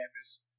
campus